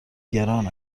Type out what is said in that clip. گران